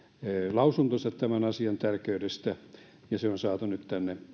lausuntonsa tämän asian tärkeydestä ja asia on saatu nyt tänne